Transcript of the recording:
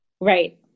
Right